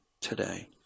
today